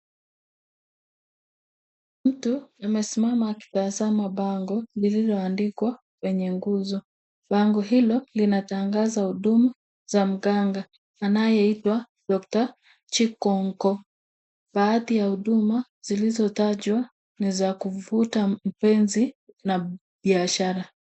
Mtu amesimama akitazama bango lililoandikwa kwenye nguoz. Bango hilo linatangaza huduma za mganga anayeitwa Dr.Chikonko. Baadhi ya huduma zilizotajwa ni za kuvuta mpenzi na biashara.